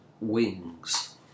wings